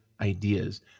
ideas